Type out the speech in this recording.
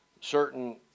certain